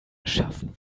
schaffen